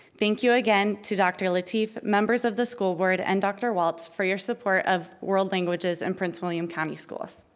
thank you again to dr. lateef, members of the school board, and dr. walts for your support of world languages in prince william county schools.